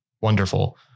Wonderful